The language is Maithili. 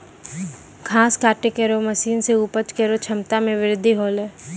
घास काटै केरो मसीन सें उपज केरो क्षमता में बृद्धि हौलै